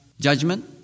judgment